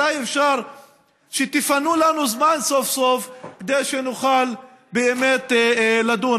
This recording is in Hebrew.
מתי אפשר שתפנו לנו זמן סוף-סוף כדי שנוכל באמת לדון?